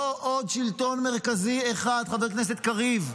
לא עוד שלטון מרכזי אחד, חבר הכנסת קריב,